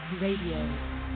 Radio